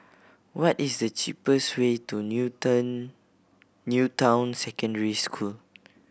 what is the cheapest way to New Town New Town Secondary School